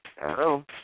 Hello